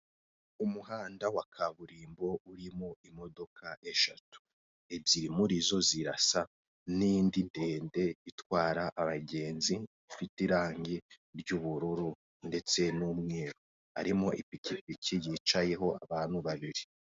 Umuhanda wa kaburimbo urimo imodoka eshatu ebyiri muri zo zirasa n'indi ndende itwara abagenzi ifite irange ry'ubururu ndetse n'umweru harimo ipikipiki yicayeho abantu babiri.